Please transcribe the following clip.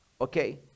okay